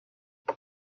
are